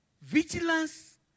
Vigilance